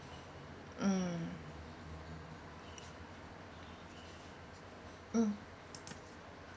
mm mm